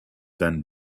than